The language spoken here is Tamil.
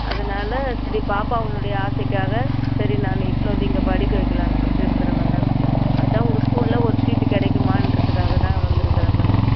அதனால் சரி பாப்பாவினுடைய ஆசைக்காக சரி நான் இட்டுனு வந்து இங்கே படிக்க வைக்கலாம்னு சொல்லிட்டு இருக்கிறேன் மேடம் அதுதான் உங்கள் ஸ்கூலில் ஒரு சீட்டு கிடைக்குமான்றதுக்காக தான் வந்திருக்கறேன் மேடம்